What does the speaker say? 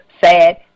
sad